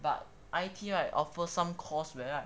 but I_T_E right offer some course where